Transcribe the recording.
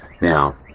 Now